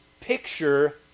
picture